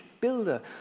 builder